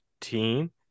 Team